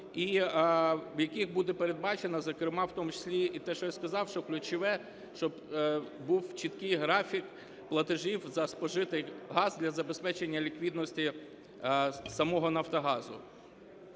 яких буде передбачено, зокрема, в тому числі і те, що я сказав, що ключове, щоб був чіткий графік платежів за спожитий газ для забезпечення ліквідності самого Нафтогазу.